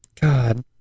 god